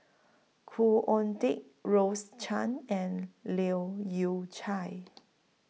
Khoo Oon Teik Rose Chan and Leu Yew Chye